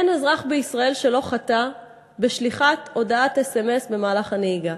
אין אזרח בישראל שלא חטא בשליחת הודעת אס.אם.אס במהלך הנהיגה.